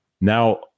now